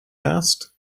asked